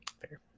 Fair